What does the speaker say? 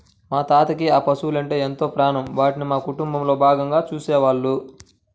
మా తాతకి ఆ పశువలంటే ఎంతో ప్రాణం, వాటిని మా కుటుంబంలో భాగంగా చూసేవాళ్ళు